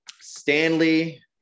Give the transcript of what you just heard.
Stanley